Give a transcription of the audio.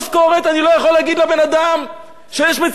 אני לא יכול להגיד לבן-אדם שיש מצוקה ואני